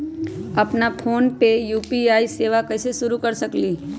अपना फ़ोन मे यू.पी.आई सेवा कईसे शुरू कर सकीले?